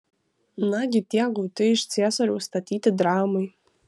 nagi tie gauti iš ciesoriaus statyti dramai